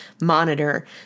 monitor